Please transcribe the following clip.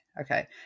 okay